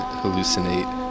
hallucinate